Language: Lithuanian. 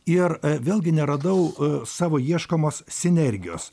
ir vėlgi neradau savo ieškomos sinergijos